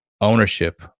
ownership